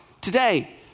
Today